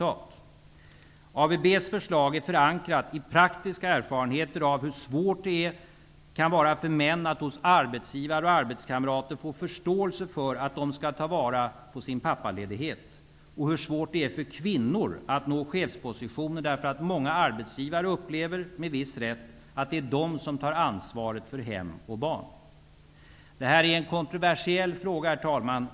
ABB:s förslag är förankrat i praktiska erfarenheter av hur svårt det kan vara för män att hos arbetsgivare och arbetskamrater få förståelse för att de bör ta vara på sin pappaledighet och hur svårt det kan vara för kvinnor att nå chefspositioner därför att många arbetsgivare upplever -- med viss rätt -- att kvinnorna tar ansvaret för barn och hem. Herr talman! Det här är en kontroversiell fråga.